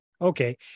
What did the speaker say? Okay